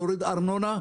להוריד ארנונה,